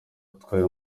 utwaye